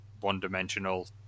one-dimensional